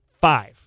five